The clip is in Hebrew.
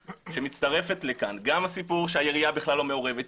ומצטרפת לכאן העובדה שהעירייה בכלל לא מעורבת,